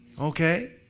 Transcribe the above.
okay